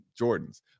Jordans